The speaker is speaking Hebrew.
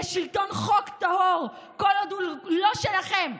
לשלטון חוק טהור כל עוד הוא לא שלכם,